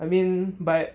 I mean but